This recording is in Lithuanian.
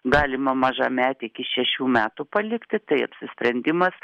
galima mažametį iki šešių metų palikti tai apsisprendimas